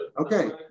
Okay